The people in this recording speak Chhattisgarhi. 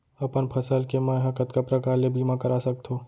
अपन फसल के मै ह कतका प्रकार ले बीमा करा सकथो?